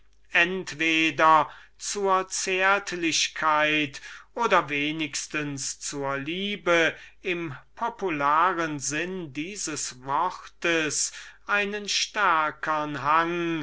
entweder zur zärtlichkeit oder doch zur liebe im popularen sinn dieses wortes einen stärkern hang